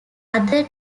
other